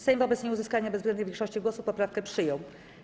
Sejm wobec nieuzyskania bezwzględnej większości głosów poprawkę przyjął.